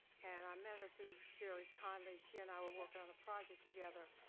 and i met her through jerry conway. she and i were working on a project together.